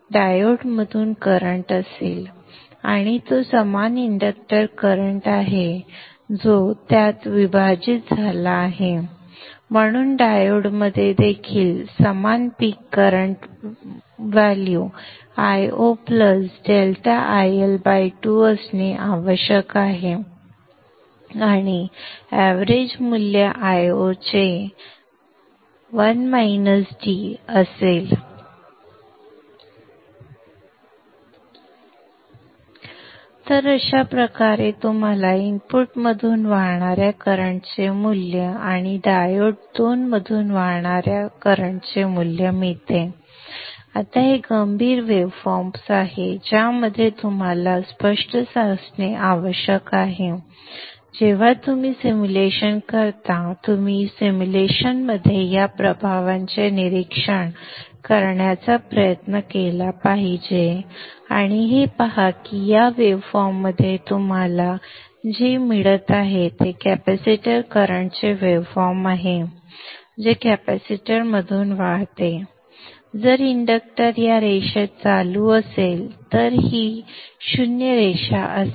डायोडमधून current असेल आणि तो समान इंडक्टर करंट आहे जो त्यात विभाजित झाला आहे म्हणून डायोडमध्ये देखील समान पीक करंट मूल्य Io ∆IL2 असणे आवश्यक आहे आणि एव्हरेज मूल्य Io चे मूल्य असेल 1 ड तर अशा प्रकारे तुम्हाला इनपुटमधून वाहणार्या करंटचे मूल्य आणि डायोड 2 मधून वाहणार्या करंटचे मूल्य मिळते आता हे गंभीर वेव्हफॉर्म्स आहेत ज्याबद्दल तुम्हाला स्पष्ट असणे आवश्यक आहे आणि जेव्हा तुम्ही सिम्युलेशन करता तुम्ही सिम्युलेशनमध्ये या प्रभावांचे निरीक्षण करण्याचा प्रयत्न केला पाहिजे आणि हे पहा की या वेव्हफॉर्ममध्ये तुम्हाला जे मिळत आहे ते कॅपॅसिटर करंटचे वेव्हफॉर्म आहे जे कॅपेसिटरमधून वाहते जर इंडक्टर या रेषेत चालू असेल तर ही 0 रेषा असेल